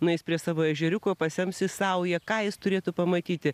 nueis prie savo ežeriuko pasems į saują ką jis turėtų pamatyti